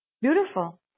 Beautiful